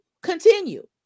continue